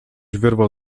wyrwał